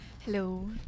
Hello